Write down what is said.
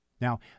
Now